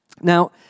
Now